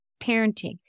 parenting